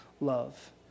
love